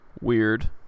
Weird